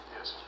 Yes